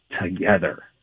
together